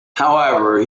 however